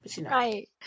right